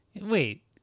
Wait